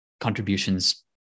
contributions